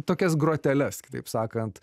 tokias groteles kitaip sakant